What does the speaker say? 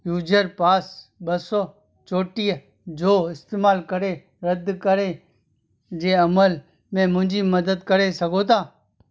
user पास ॿ सौ चौटीह जो इस्तेमालु करे रदि करे जे अमल में मुंहिंजी मदद करे सघो था